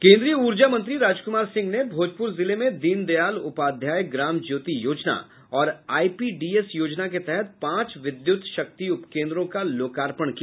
केन्द्रीय ऊर्जा मंत्री राजकुमार सिंह ने भोजपुर जिले में दीन दयाल उपाध्याय ग्राम ज्योति योजना और आईपीडीएस योजना के तहत पांच विद्युत शक्ति उपकेन्द्रों का लोकार्पण किया